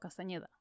Castañeda